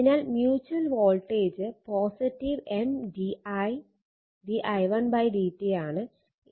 അതിനാൽ mutual voltage M d I d i1 dt ആണ്